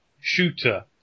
shooter